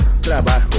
trabajo